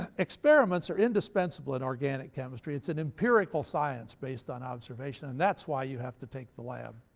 ah experiments are indispensable in organic chemistry. it's an empirical science based on observation, and that's why you have to take the lab.